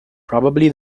probably